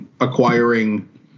acquiring